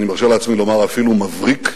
אני מרשה לעצמי לומר אפילו מבריק,